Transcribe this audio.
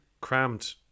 crammed